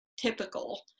typical